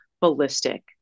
ballistic